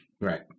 Right